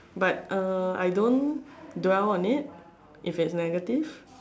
but uh I don't dwell on it if it's negative